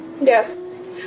Yes